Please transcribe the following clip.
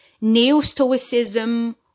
neo-stoicism